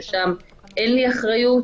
זה אומר ששם אין לי אחריות?